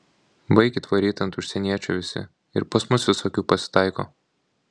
baikit varyt ant užsieniečių visi ir pas mus visokių pasitaiko